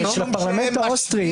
זה של הפרלמנט האוסטרי.